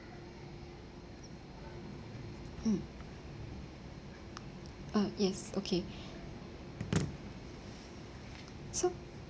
hmm uh yes okay so